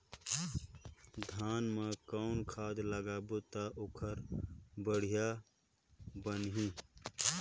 धान मा कौन खाद लगाबो ता ओहार बेडिया बाणही?